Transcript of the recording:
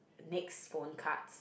next phone cards